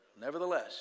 Nevertheless